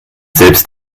selbst